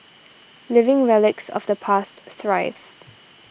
living relics of the past thrive